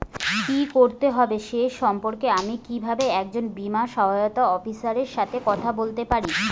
কী করতে হবে সে সম্পর্কে আমি কীভাবে একজন বীমা সহায়তা অফিসারের সাথে কথা বলতে পারি?